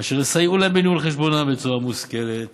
אשר יסייעו להם בניהול חשבונם בצורה מושכלת